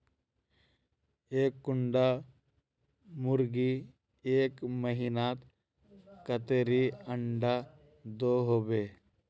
एक कुंडा मुर्गी एक महीनात कतेरी अंडा दो होबे?